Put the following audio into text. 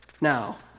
Now